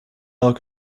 look